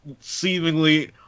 seemingly